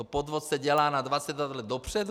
Podvod se dělá na 22 let dopředu?